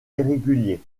irrégulier